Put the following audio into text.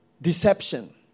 Deception